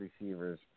receivers